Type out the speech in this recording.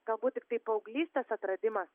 galbūt tiktai paauglystės atradimas